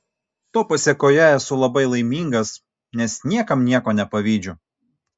to pasėkoje esu labai laimingas nes niekam nieko nepavydžiu